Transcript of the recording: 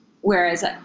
whereas